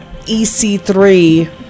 EC3